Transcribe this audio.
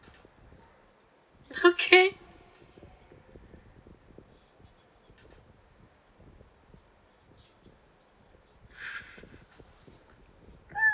okay